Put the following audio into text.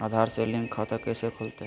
आधार से लिंक खाता कैसे खुलते?